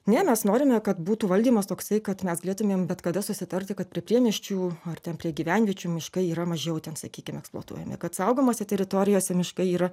ne mes norime kad būtų valdymas toksai kad mes galėtumėm bet kada susitarti kad prie priemiesčių ar ten prie gyvenviečių miškai yra mažiau ten sakykim eksploatuojami kad saugomose teritorijose miškai yra